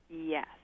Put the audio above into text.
Yes